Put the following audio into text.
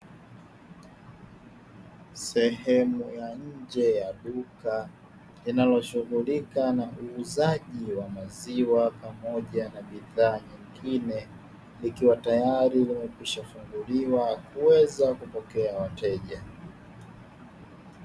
Sehemu ya nje ya duka linaloshughulika na uuzaji wa maziwa pamoja na bidhaa nyingine, likiwa tayari limekwishafunguliwa kuweza kupokea wateja.